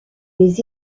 les